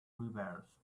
reversed